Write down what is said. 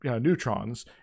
neutrons